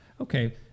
okay